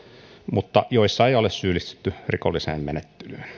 mutta joissa ei ole syyllistytty rikolliseen menettelyyn